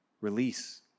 Release